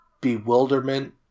bewilderment